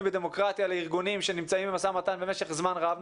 בדמוקרטיה לארגונים שנמצאים במשא ומתן במשך זמן רב.